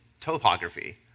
topography